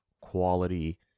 quality